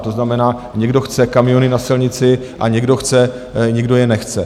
To znamená, někdo chce kamiony na silnici, a někdo chce, někdo je nechce.